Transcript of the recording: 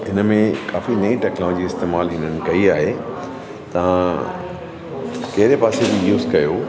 इन में काफ़ी नई टेक्नोलॉजी इस्तेमालु हिननि कई आहे तव्हां कहिड़े पासे बि यूज़ कयो